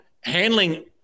handling